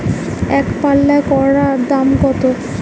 একপাল্লা করলার দাম কত?